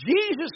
Jesus